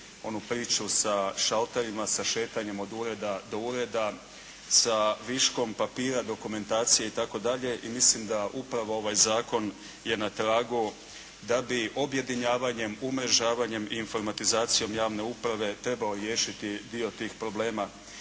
onu priču sa šalterima, sa šetanjem od ureda do ureda, sa viškom papira, dokumentacije itd. i mislim da upravo ovaj zakon je na tragu da bi objedinjavanjem, umrežavanjem i informatizacijom javne uprave trebao riješiti dio tih problema.